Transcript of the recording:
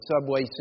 subway